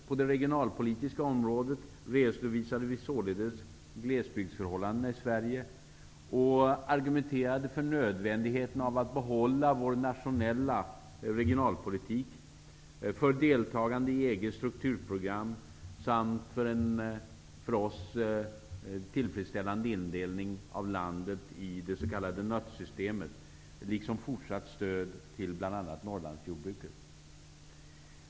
På det regionalpolitiska området redovisade vi således glesbygdsförhållandena i Sverige och argumenterade för nödvändigheten att bibehålla vår nationella regionalpolitik, för deltagande i EG:s strukturprogram med en för oss tillfredsställande indelning av landet i det s.k. NUTS-systemet, liksom fortsatt stöd till bl.a.